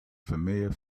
familiar